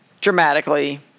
dramatically